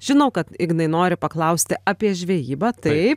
žinau kad ignai nori paklausti apie žvejybą taip